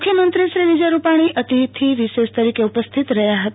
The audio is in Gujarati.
મુખ્યમંત્રી શ્રી વિજય રૂપાણી અતિથિ વિશેષ તરીકે ઉપસ્થિત રહ્યા હતા